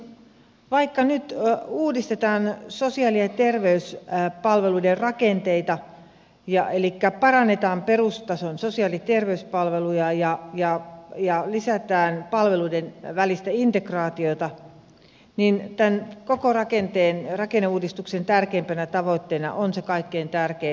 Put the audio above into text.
vaikka nyt uudistetaan sosiaali ja terveyspalveluiden rakenteita elikkä parannetaan perustason sosiaali ja terveyspalveluja ja lisätään palveluiden välistä integraatiota niin tämän koko rakenneuudistuksen tärkeimpänä tavoitteena on se kaikkein tärkein